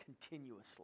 continuously